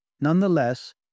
Nonetheless